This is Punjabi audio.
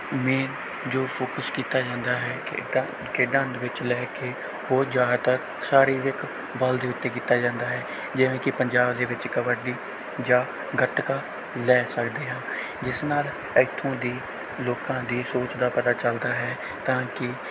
ਮੇਨ ਜੋ ਫੋਕਸ ਕੀਤਾ ਜਾਂਦਾ ਹੈ ਖੇਡਾਂ ਖੇਡਾਂ ਦੇ ਵਿੱਚ ਲੈ ਕੇ ਉਹ ਜ਼ਿਆਦਾਤਰ ਸਾਰੀ ਇੱਕ ਬਲ ਦੇ ਉੱਤੇ ਕੀਤਾ ਜਾਂਦਾ ਹੈ ਜਿਵੇਂ ਕਿ ਪੰਜਾਬ ਦੇ ਵਿੱਚ ਕਬੱਡੀ ਜਾਂ ਗੱਤਕਾ ਲੈ ਸਕਦੇ ਹਾਂ ਜਿਸ ਨਾਲ ਇੱਥੋਂ ਦੀ ਲੋਕਾਂ ਦੀ ਸੋਚ ਦਾ ਪਤਾ ਚੱਲਦਾ ਹੈ ਕਿ